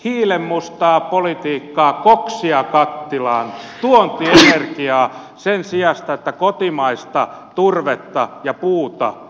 hiilenmustaa politiikkaa koksia kattilaan tuontienergiaa sen sijasta että kotimaista turvetta ja puuta